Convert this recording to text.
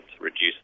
reduce